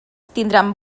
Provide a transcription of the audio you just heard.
tindran